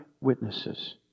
witnesses